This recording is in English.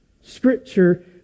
Scripture